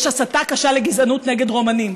יש הסתה קשה לגזענות נגד רומנים,